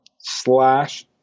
slash